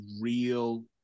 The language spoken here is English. real